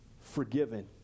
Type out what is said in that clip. forgiven